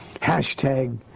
hashtag